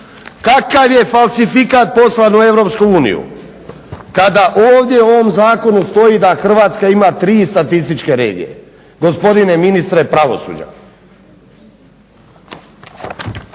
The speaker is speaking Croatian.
Kakav je falsifikat poslan u Europsku uniju kada ovdje u ovom zakonu stoji da Hrvatska ima tri statističke regije gospodine ministre pravosuđa?